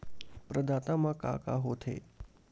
प्रदाता मा का का हो थे?